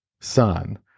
son